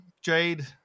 Jade